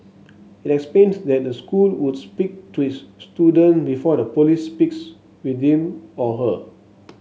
it explained that the school would speak to its student before the police speaks with him or her